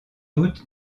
doute